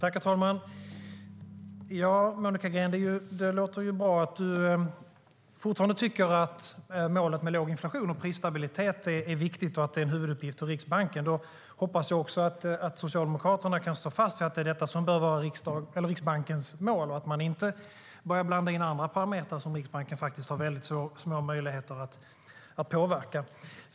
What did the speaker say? Herr talman! Det låter bra, Monica Green, att du fortfarande tycker att målet med låg inflation och prisstabilitet är viktigt och är en huvuduppgift för Riksbanken. Då hoppas jag också att Socialdemokraterna kan stå fast vid att detta bör vara Riksbankens mål, så att man inte börjar blanda in andra parametrar, som Riksbanken har små möjligheter att påverka.